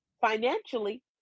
financially